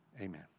Amen